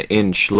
inch